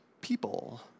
people